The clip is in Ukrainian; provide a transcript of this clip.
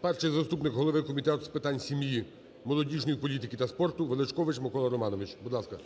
перший заступник голови Комітету з питань сім'ї, молодіжної політики та спорту Величкович Микола Романович, будь ласка.